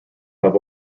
have